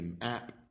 app